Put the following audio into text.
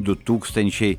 du tūkstančiai